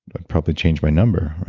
i'd probably change my number.